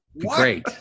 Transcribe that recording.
Great